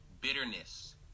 bitterness